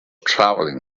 travelling